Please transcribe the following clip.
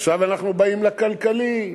עכשיו אנחנו באים לכלכלי.